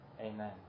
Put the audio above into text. Amen